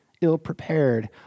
ill-prepared